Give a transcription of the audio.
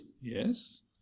yes